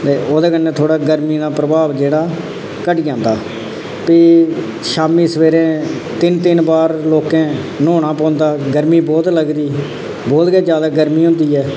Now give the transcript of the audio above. ते ओह्दे कन्नै थोह्ड़ा गर्मी दा प्रभाव जेह्ड़ा घटी जंदा फ्ही शामी सबेरे तिन तिन बार लोकें न्हौना पौंदा गर्मी बहुत गै लगदी बहुत गै ज्यादा गर्मी होंदी ऐ